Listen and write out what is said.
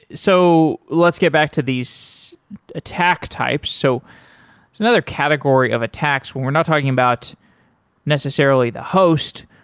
so let's get back to these attack types. so another category of attacks, we're not talking about necessarily the host.